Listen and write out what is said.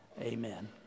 Amen